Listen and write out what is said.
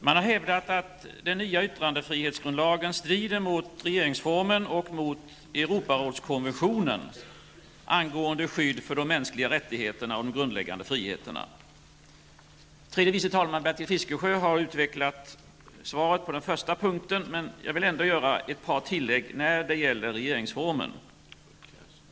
Det har hävdats att den nya yttrandefrihetsgrundlagen strider mot regeringsformen och mot Tredje vice talmannen Bertil Fiskesjö har bemött den första punkten, men jag vill ändå göra ett par tillägg när det gäller regeringsformen.